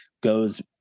goes